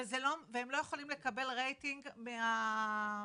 הם לא יכולים לקבל רייטינג מהניידים.